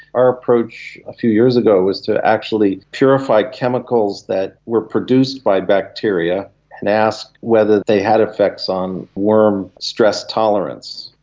our approach a few years ago was to actually purify chemicals that were produced by bacteria and ask whether they had effects on worm stress tolerance.